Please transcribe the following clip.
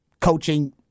coaching